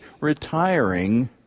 retiring